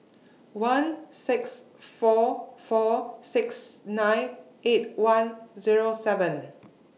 one six four four six nine eight one Zero seven